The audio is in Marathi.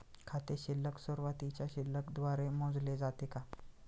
खाते शिल्लक सुरुवातीच्या शिल्लक द्वारे मोजले जाते का?